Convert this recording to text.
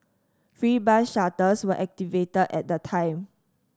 free bus shuttles were activated at the time